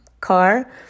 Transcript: car